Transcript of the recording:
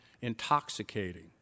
intoxicating